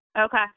Okay